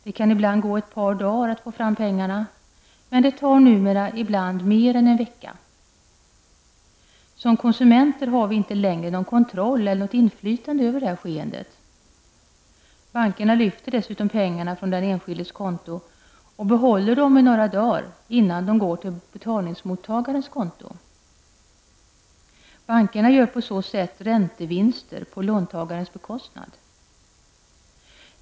Det kan gå på ett par dagar att få fram pengarna, men det tar numera ibland mer än en vecka. Som konsumenter har vi inte längre någon kontroll eller något inflytande över det här skeendet. Bankerna lyfter dessutom pengarna från den enskildes konto och behåller dem några dagar innan de går till betalningsmottagarens konto. Bankerna gör på så sätt räntevinster på låntagarens bekostnad.